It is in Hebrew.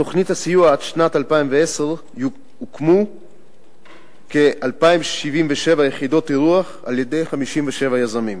בתוכנית הסיוע עד שנת 2010 הוקמו כ-2,077 יחידות אירוח על-ידי 57 יזמים.